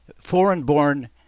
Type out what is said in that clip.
foreign-born